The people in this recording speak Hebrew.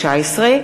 פ/1621/19,